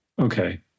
Okay